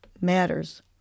matters